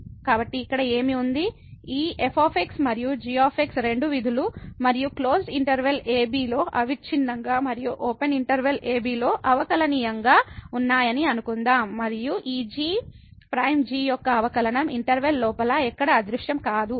కాబట్టి ఇక్కడ ఏమి ఉంది ఈ f మరియు g రెండు విధులు మరియు క్లోజ్డ్ ఇంటర్వెల్ a b లో అవిచ్ఛిన్నంగా మరియు ఓపెన్ ఇంటర్వెల్ a b లో అవకలనియమంగా ఉన్నాయని అనుకుందాం మరియు ఈ g ప్రైమ్ g యొక్క అవకలనం ఇంటర్వెల్ లోపల ఎక్కడా అదృశ్యం కాదు